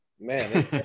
man